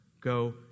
go